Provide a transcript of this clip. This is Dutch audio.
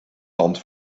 tand